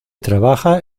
trabaja